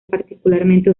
particularmente